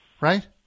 Right